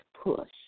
push